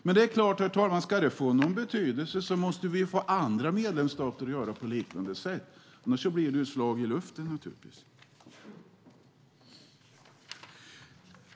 Men det är klart, herr talman, att om det ska få någon betydelse måste vi få andra medlemsstater att göra på liknande sätt. Annars blir det naturligtvis ett slag i luften.